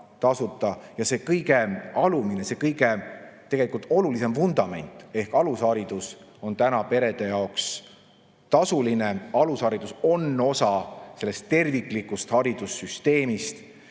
ja see kõige alumine, see kõige olulisem vundament ehk alusharidus on perede jaoks tasuline. Alusharidus on osa terviklikust haridussüsteemist